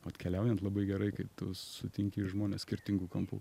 vat keliaujant labai gerai kai tu sutinki žmones skirtingų kampų